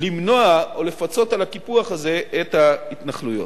למנוע או לפצות על הקיפוח הזה את ההתנחלויות.